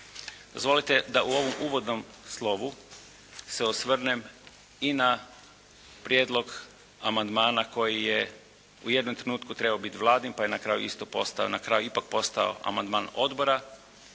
Dozvolite da u ovom uvodnom slovu se osvrnem i na prijedlog amandmana koji je u jednom trenutku trebao biti Vladin pa je na kraju ipak postao amandman odbora,